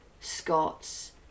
Scots